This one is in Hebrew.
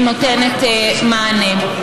לא מגיע לו בכלל שנכנה אותו כך,